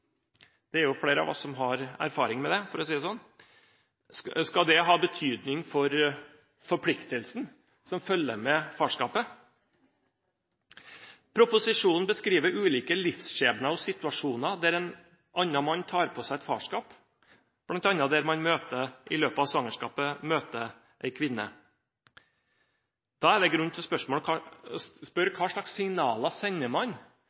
Det er jo flere av oss som har erfaring med det, for å si det sånn. Skal det ha betydning for forpliktelsen som følger med farskapet? Proposisjonen beskriver ulike livsskjebner og situasjoner der en annen mann tar på seg et farskap, bl.a. der man i løpet av svangerskapet møter en kvinne. Da er det grunn til å spørre: Hva slags signaler sender man